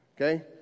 Okay